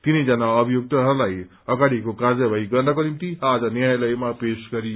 तीनैजना अभियुक्तहरूलाई अगाड़िको कार्यवाही गर्नको निम्ति आज न्यायालयमा पेश गरियो